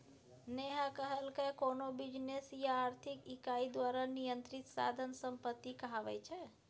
नेहा कहलकै कोनो बिजनेस या आर्थिक इकाई द्वारा नियंत्रित साधन संपत्ति कहाबै छै